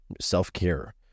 self-care